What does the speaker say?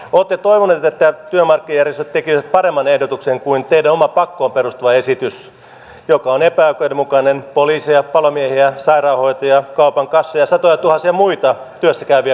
olette toivoneet että työmarkkinajärjestöt tekisivät paremman ehdotuksen kuin teidän oma pakkoon perustuva esityksenne joka on epäoikeudenmukainen poliiseja palomiehiä sairaanhoitajia kaupan kassoja satojatuhansia muita työssä käyviä kansalaisia kohtaan